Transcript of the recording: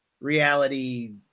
reality